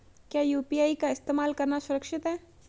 क्या यू.पी.आई का इस्तेमाल करना सुरक्षित है?